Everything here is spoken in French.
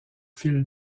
fil